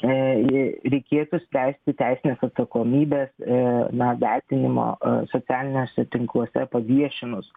jai reikėtų spręsti teisines atsakomybes ir na vertinimo socialiniuose tinkluose paviešinus